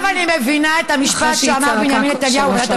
עכשיו אני מבינה את המשפט שאמר בנימין נתניהו בוועדת